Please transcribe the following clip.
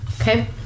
Okay